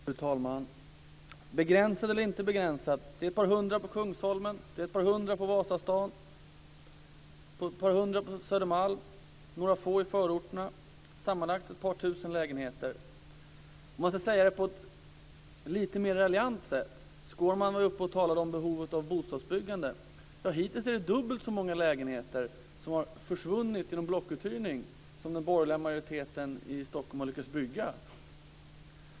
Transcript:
Fru talman! Begränsat eller inte begränsat: Det är ett par hundra på Kungsholmen, det är ett par hundra i Vasastan, ett par hundra på Södermalm och några få i förorterna. Sammanlagt är det ett par tusen lägenheter. Låt mig säga det på ett lite mer raljant sätt. Skårman talade om behovet av bostadsbyggande. Hittills har dubbelt så många lägenheter försvunnit genom blockuthyrning som de som den borgerliga majoriteten har lyckats bygga.